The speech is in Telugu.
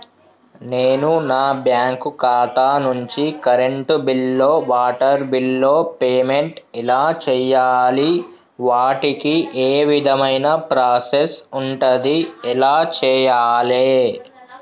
నేను నా బ్యాంకు ఖాతా నుంచి కరెంట్ బిల్లో వాటర్ బిల్లో పేమెంట్ ఎలా చేయాలి? వాటికి ఏ విధమైన ప్రాసెస్ ఉంటది? ఎలా చేయాలే?